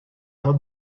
had